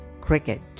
cricket